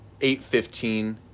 8.15